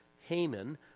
Haman